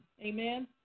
Amen